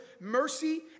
mercy